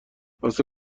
واسه